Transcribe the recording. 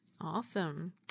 Awesome